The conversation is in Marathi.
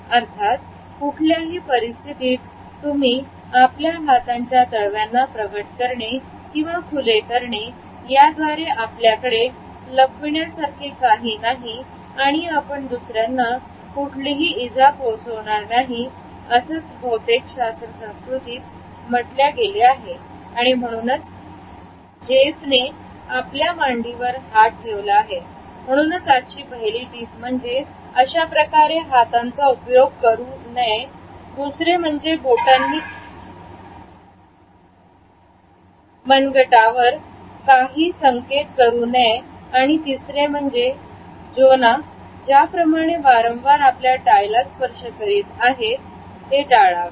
अर्थात कुठल्याही परिस्थितीत तुम्ही आपल्या हातांच्या तळव्यांना प्रगट करणे किंवा फुले करणे याद्वारे आपल्याकडे लपवण्यासारखे काही नाही आणि आपण दुसऱ्यांना कुठलीही इजा पोहोचणार नाही असंच बहुतेक शास्त्र संस्कृतीत म्हणल्या जातं म्हणूनच जेफने आपल्या मांडीवर हात ठेवला आहे म्हणूनच आजची पहिली टिप म्हणजे अशाप्रकारे हातांचा उपयोग करू नये दुसरे म्हणजे बोटांनी मनगटं वर काही संकेत करू नये आणि तिसरे म्हणजे जोना ज्याप्रमाणे वारंवार आपल्या टायला स्पर्श करीत आहे ते टाळावे